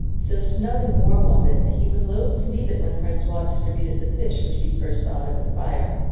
so snug and warm was it, that he was loath to leave it when francois distributed the fish which he had first thawed over the fire.